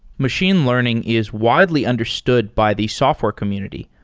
machine learning is widely understood by the software community,